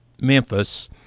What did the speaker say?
Memphis